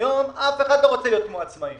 היום אף אחד לא רוצה להיות כמו העצמאיים.